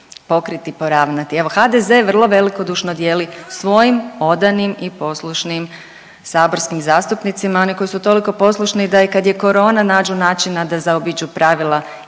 pokriti, poravnati. Evo, HDZ vrlo velikodušno dijeli svojim odanim i poslušnim saborskim zastupnicima, onima koji su toliko poslušni, da i kad je korona, nađu načina da zaobiđu pravila i